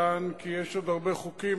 יען כי יש עוד הרבה חוקים,